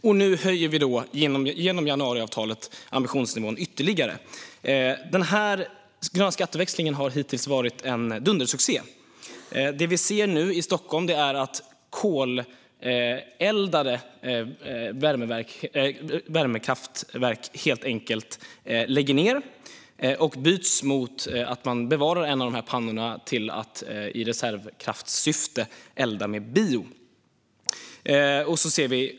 Och nu höjer vi genom januariavtalet ambitionsnivån ytterligare. Den gröna skatteväxlingen har hittills varit en dundersuccé. I Stockholm ser vi nu att koleldade värmekraftverk lägger ned, och i utbyte bevaras en av pannorna i reservkraftssyfte för att kunna elda med biobränsle.